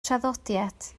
traddodiad